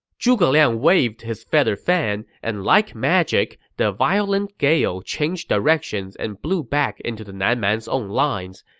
zhuge liang waved his feather fan, and like magic, the violent gale changed directions and blew back into the nan man's own lines.